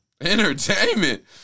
Entertainment